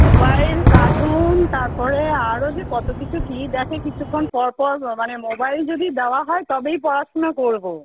mobile cartoon তারপরে আরো যে কতো কিছু কী দেখে কিছুক্ষণ পরপর মানে মোবাইল যদি দেওয়া হয় তবেই পড়াশোশুনা করবো